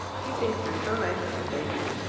he thinks her so nice with the baby.